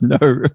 no